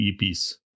EPs